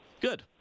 Good